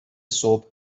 صبح